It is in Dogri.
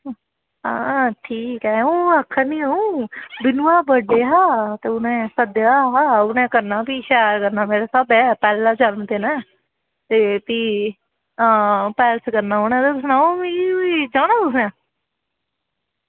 आं ठीक ऐ अं'ऊ आक्खा नी अं'ऊ ते बिन्नु दा बर्थ डे हा ते उ'नें सद्देआ हा ते उ'नें करना भी शैल करना स्हाबै दे भी पैह्ला जन्मदिन ऐ आं ते भी उ'नें पैलेस करना ते सनाओ भी जाना तुसें